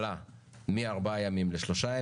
מחדש על הצעת חוק התכנית לסיוע כלכלי,